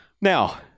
Now